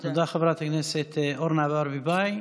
תודה, חברת הכנסת אורנה ברביבאי.